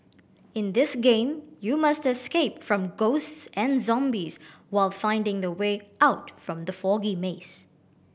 in this game you must escape from ghosts and zombies while finding the way out from the foggy maze